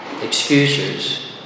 excuses